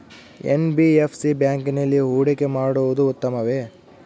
NBFC ಬ್ಯಾಂಕಿನಲ್ಲಿ ಹೂಡಿಕೆ ಮಾಡುವುದು ಉತ್ತಮವೆ?